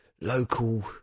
local